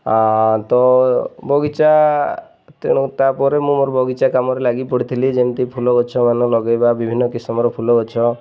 ତ ବଗିଚା ତେଣୁ ତା'ପରେ ମୁଁ ମୋର ବଗିଚା କାମରେ ଲାଗି ପଡ଼ିଥିଲି ଯେମିତି ଫୁଲ ଗଛ ମାନ ଲଗେଇବା ବିଭିନ୍ନ କିସମର ଫୁଲ ଗଛ